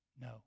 No